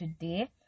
today